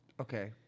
Okay